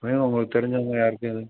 மேலும் உங்களுக்கு தெரிஞ்சங்க யாருக்கும் எது